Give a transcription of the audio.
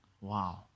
Wow